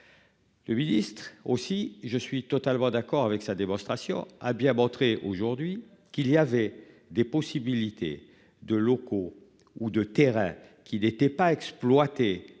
Le ministre aussi. Je suis totalement d'accord avec sa démonstration a bien montré aujourd'hui qu'il y avait des possibilités de locaux ou de terrains qui n'étaient pas exploitées